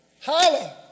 Holler